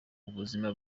ubuzima